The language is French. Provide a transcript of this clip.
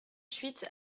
huit